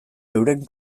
euren